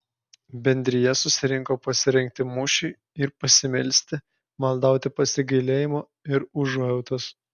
bendrija susirinko pasirengti mūšiui ir pasimelsti maldauti pasigailėjimo ir užuojautos